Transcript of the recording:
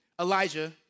Elijah